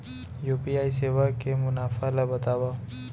UPI सेवा के मुनाफा ल बतावव?